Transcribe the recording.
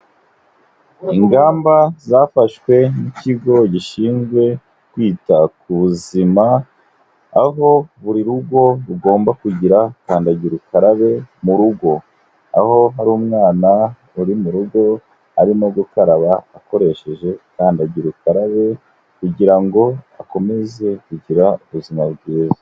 Ingamba zafashwe n'ikigo gishinzwe kwita ku buzima, aho buri rugo rugomba kugira kandagira ukarabe mu rugo. Aho hari umwana uri mu rugo arimo gukaraba akoresheje kandagira ukarabe, kugira ngo akomeze kugira ubuzima bwiza.